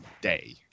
day